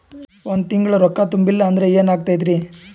ಒಂದ ತಿಂಗಳ ರೊಕ್ಕ ತುಂಬಿಲ್ಲ ಅಂದ್ರ ಎನಾಗತೈತ್ರಿ?